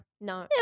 no